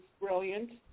brilliant